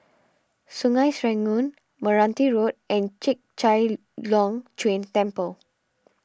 Sungei Serangoon Meranti Road and Chek Chai Long Chuen Temple